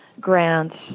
grants